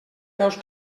peus